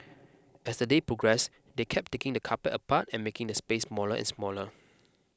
as the day progressed they kept taking the carpet apart and making the space smaller and smaller